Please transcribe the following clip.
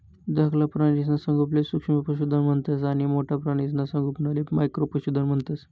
धाकला प्राणीसना संगोपनले सूक्ष्म पशुधन म्हणतंस आणि मोठ्ठा प्राणीसना संगोपनले मॅक्रो पशुधन म्हणतंस